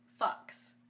fucks